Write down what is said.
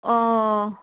ओ